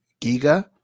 Giga